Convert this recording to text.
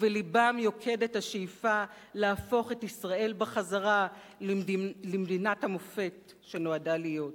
ובלבם יוקדת השאיפה להפוך את ישראל בחזרה למדינת המופת שנועדה להיות.